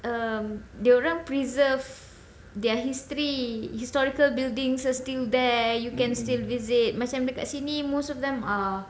um dia orang preserve their history historical buildings are still there you can still visit macam dekat sini most of them are